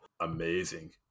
Amazing